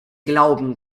glauben